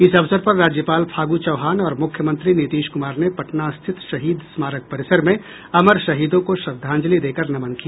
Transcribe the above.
इस अवसर पर राज्यपाल फागू चौहान और मुख्यमंत्री नीतीश कुमार ने पटना स्थित शहीद स्मारक परिसर में अमर शहीदों को श्रद्धांजलि देकर नमन किया